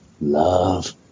love